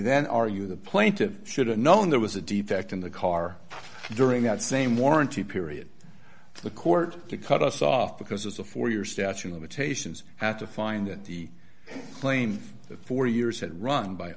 then are you the plaintiffs should have known there was a defect in the car during that same warranty period the court to cut us off because there's a four year statute limitations had to find that the claim that four years had run by